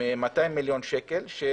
200 מיליון שקלים,